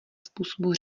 způsobu